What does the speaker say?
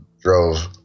drove